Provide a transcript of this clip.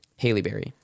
Haleyberry